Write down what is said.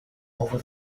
over